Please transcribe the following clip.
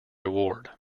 award